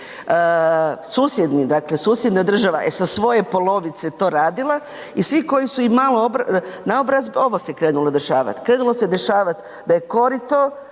susjedni, dakle susjedna država je sa svoje polovice to radila i svi koji su imali naobrazbe, ovo se krenulo dešavati. Krenulo se dešavati da je korito